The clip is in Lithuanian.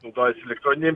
naudojasi elektroninėm